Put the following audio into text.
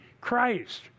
Christ